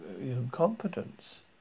incompetence